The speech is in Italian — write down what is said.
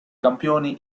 campioni